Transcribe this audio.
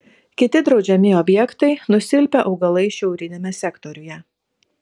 kiti draudžiami objektai nusilpę augalai šiauriniame sektoriuje